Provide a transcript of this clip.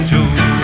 Joe